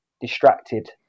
distracted